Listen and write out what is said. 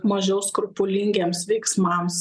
mažiau skrupulingiems veiksmams